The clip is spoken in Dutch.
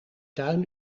tuin